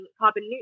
carbon